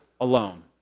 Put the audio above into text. alone